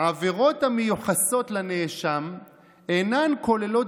העבירות המיוחסות לנאשם אינן כוללות